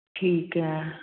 ਠੀਕ ਹੈ